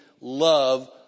love